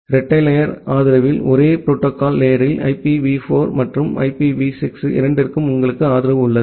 இரட்டை லேயர் ஆதரவில் ஒரே புரோட்டோகால் லேயரில் IPv4 மற்றும் IPv6 இரண்டிற்கும் உங்களுக்கு ஆதரவு உள்ளது